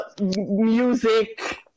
music